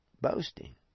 boasting